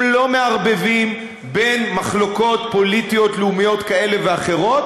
הם לא מערבבים בין מחלוקות פוליטיות-לאומיות כאלה ואחרות